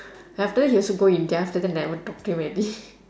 after that he also go india after that never talk to him already